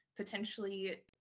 potentially